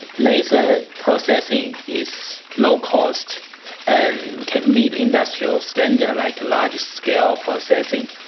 laser processing is low-cost and can meet industrial standards, like large-scale processing,